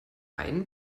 einen